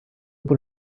por